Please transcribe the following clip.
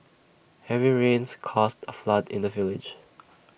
heavy rains caused A flood in the village